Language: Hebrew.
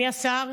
מי השר?